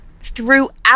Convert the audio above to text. throughout